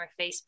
Facebook